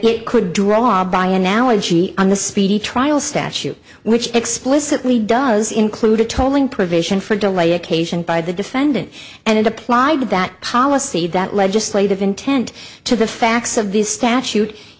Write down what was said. it could draw by analogy on the speedy trial statute which explicitly does include a tolling provision for delay occasioned by the defendant and it applied that policy that legislative intent to the facts of this statute